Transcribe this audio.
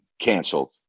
canceled